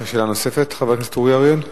יש לך שאלה נוספת, חבר הכנסת אורי אריאל?